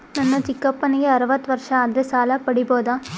ನನ್ನ ಚಿಕ್ಕಪ್ಪನಿಗೆ ಅರವತ್ತು ವರ್ಷ ಆದರೆ ಸಾಲ ಪಡಿಬೋದ?